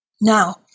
Now